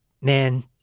man